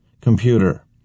computer